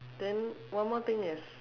then one more thing is